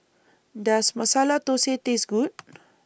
Does Masala Thosai Taste Good